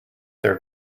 their